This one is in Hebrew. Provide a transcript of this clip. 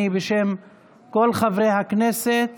אני בשם כל חברי הכנסת